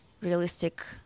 realistic